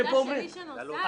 הילדה שלי היא זו שנוסעת.